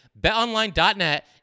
BetOnline.net